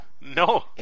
No